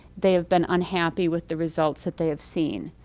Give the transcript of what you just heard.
they have been unhappy with the results that they have seen.